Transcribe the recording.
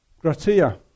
gratia